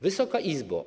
Wysoka Izbo!